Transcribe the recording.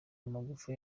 amagufa